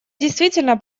действительно